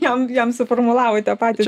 jam jam suformulavote patys